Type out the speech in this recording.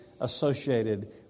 associated